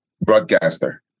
broadcaster